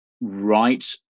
right